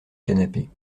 canapé